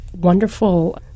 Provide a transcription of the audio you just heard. wonderful